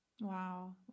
Wow